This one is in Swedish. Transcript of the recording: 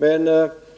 Men